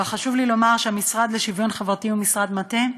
אבל חשוב לי לומר שהמשרד לשוויון חברתי הוא משרד מטה,